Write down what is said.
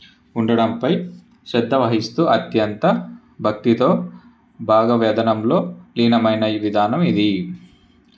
ఉండడంపై శ్రద్ధవహిస్తూ అత్యంత భక్తితో భావవేదనంలో లీనమైన విధానం ఇది